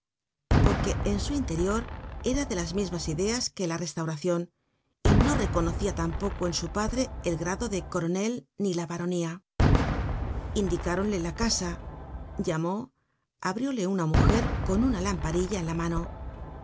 porque en su interior era de las mismas ideas que la restauracion y no reconocia tampoco en su padre el grado de coronel ni la baronía indicáronle la casa llamó abrióle una mujer con una lamparilla en la mano el